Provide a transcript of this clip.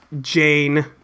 Jane